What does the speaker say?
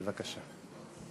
בבקשה.